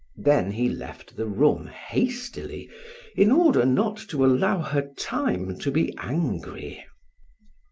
then he left the room hastily in order not to allow her time to be angry.